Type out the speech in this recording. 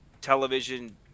television